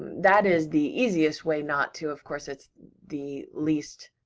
that is the easiest way not to, of course, it's the least